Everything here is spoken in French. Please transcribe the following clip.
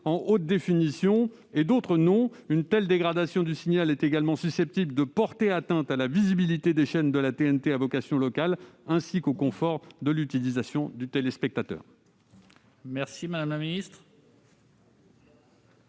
en haute définition, d'autres non. Une telle dégradation du signal est également susceptible de porter atteinte à la visibilité des chaînes de la TNT à vocation locale et au confort d'utilisation du téléspectateur.